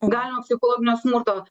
galimo psichologinio smurto